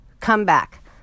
comeback